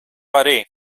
arī